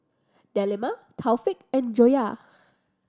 Delima Taufik and Joyah